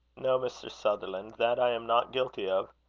no, mr. sutherland that i am not guilty of.